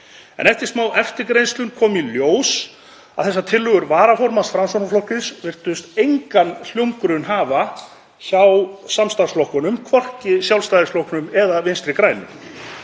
En eftir smáeftirgrennslan kom í ljós að þessar tillögur varaformanns Framsóknarflokksins virtust engan hljómgrunn hafa hjá samstarfsflokkunum, hvorki Sjálfstæðisflokknum né Vinstri grænum.